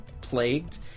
plagued